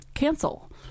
cancel